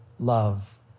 love